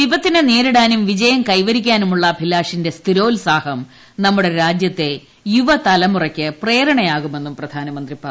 വിപത്തിനെ നേരിടാനും വിജയം കൈവരിക്കാനുമുള്ള അഭിലാഷിന്റെ സ്ഥിരോത്സാഹം നമ്മുടെ രാജ്യത്തെ യുവ തലമുറയ്ക്ക് പ്രേരണയാകുമെന്നും പ്രധാനമന്ത്രി പറഞ്ഞു